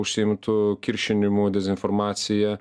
užsiimtų kiršinimu dezinformacija